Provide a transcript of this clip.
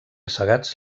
segats